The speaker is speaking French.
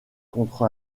contre